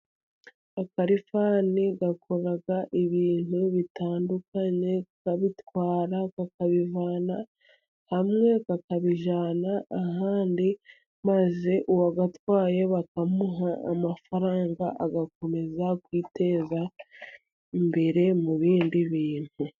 Akarifani gakora ibintu bitandukanye, kabitwara kakabivana hamwe kakabijyana ahandi, maze uwagatwaye bakamuha amafaranga, agakomeza kwiteza imbere mu bindi bintu.